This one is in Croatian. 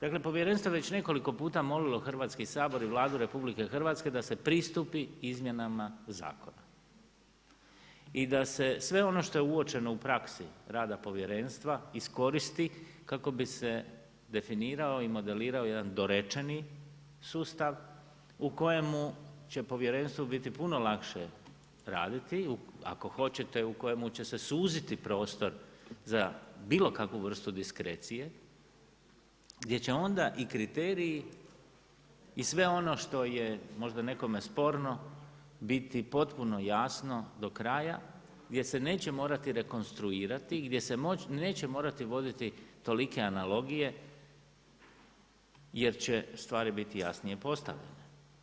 Dakle, povjerenstvo je već nekoliko puta molilo Hrvatski sabor i Vladu RH da se pristupi izmjenama zakona i da se sve ono što je uočeno u praksi rada povjerenstva iskoristi kako bi se definirao i modelirao jedan dorečeni sustav u kojemu će povjerenstvu biti puno lakše raditi i ako hoćete u kojemu će se suziti prostor za bilo kakvu vrstu diskrecije, gdje će onda i kriteriji i sve ono što je možda nekome sporno biti potpuno jasno do kraja, gdje se neće morati rekonstruirati i gdje se neće morati voditi tolike analogije jer će stvari biti jasnije postavljene.